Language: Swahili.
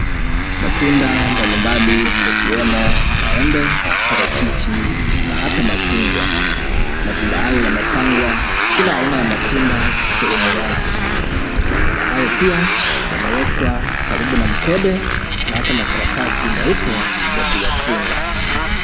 Matunda mbalimbali yakiwemo maembe, parachichi na hata machungwa. Matunda haya yamepangwa, kila aina ya matunda sehemu yake. Matunda hayo pia yamewekwa karibu na mkebe na ata makaratasi meupe ya kuyafunga.